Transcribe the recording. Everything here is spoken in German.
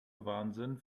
wahnsinn